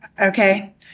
Okay